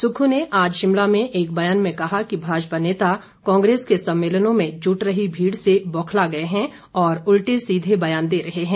सुक्खू ने आज शिमला में एक बयान में कहा कि भाजपा नेता कांग्रेस के सम्मेलनों मे जुट रही भीड़ से बोखला गए हैं और उल्टे सीधे बयान दे रहे हैं